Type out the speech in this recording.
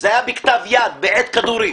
כתב זאת בכתב יד ובעט כדורי.